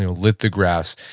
lit the grass.